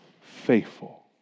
faithful